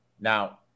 Now